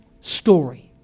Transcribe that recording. story